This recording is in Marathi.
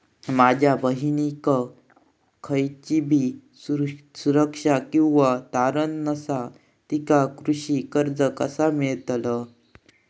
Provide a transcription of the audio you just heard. माझ्या बहिणीक खयचीबी सुरक्षा किंवा तारण नसा तिका कृषी कर्ज कसा मेळतल?